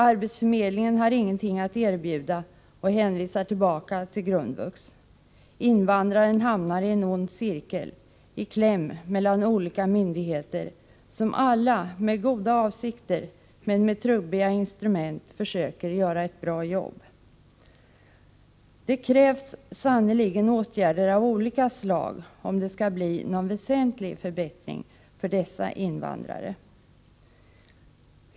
Arbetsförmedlingen har ingenting att erbjuda och hänvisar tillbaka till grundvux. Invandraren hamnar i en ond cirkel, i kläm mellan olika myndigheter, som alla med goda avsikter men med trubbiga instrument försöker göra ett bra jobb.” Det krävs sannerligen åtgärder av olika slag, om det skall bli någon väsentlig förbättring för dessa invandrare.